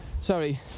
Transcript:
sorry